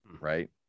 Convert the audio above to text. Right